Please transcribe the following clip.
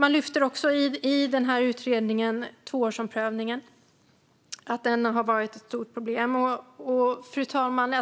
Man lyfter också i den här utredningen fram tvåårsomprövningen och att den har varit ett stort problem.